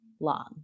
Long